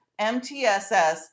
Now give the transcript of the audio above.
MTSS